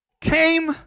Came